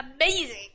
Amazing